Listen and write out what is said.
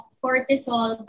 cortisol